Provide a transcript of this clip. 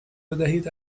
بدهید